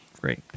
Great